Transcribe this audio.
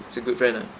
he's a good friend ah